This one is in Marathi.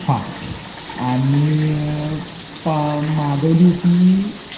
हां आणि पा मागवली होती